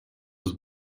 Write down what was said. was